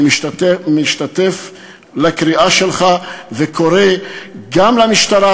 אני משתתף בקריאה שלך וקורא גם למשטרה